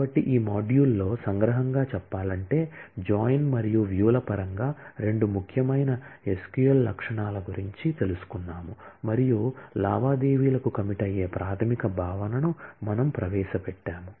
కాబట్టి ఈ మాడ్యూల్లో సంగ్రహంగా చెప్పాలంటే జాయిన్ మరియు వ్యూ ల పరంగా రెండు ముఖ్యమైన SQL లక్షణాల గురించి తెలుసుకున్నాము మరియు లావాదేవీలకు కమిట్ అయ్యే ప్రాథమిక భావనను మనము ప్రవేశపెట్టాము